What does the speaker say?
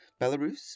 Belarus